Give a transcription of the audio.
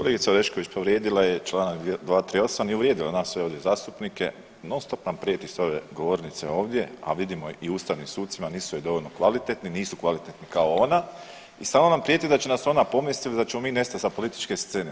Kolegica Orešković povrijedila je članak 238. i uvrijedila nas sve ovdje zastupnike, non-stop nam prijeti sa ove govornice ovdje a vidimo i ustavnim sucima, nisu joj dovoljno kvalitetni, nisu kvalitetni kao ona i stalno nam prijeti da će nas pomesti ili da ćemo mi nestati sa političke scene.